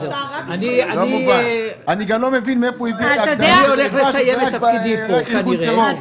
אני גם לא מבין מאיפה הוא הביא את ההגדרה שזה רק ארגון טרור.